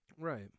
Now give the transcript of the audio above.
Right